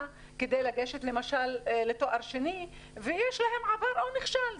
כדי להמשיך למשל לתואר שני ויש להם עבר או נכשל.